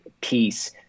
peace